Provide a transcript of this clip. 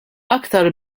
aktar